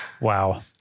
Wow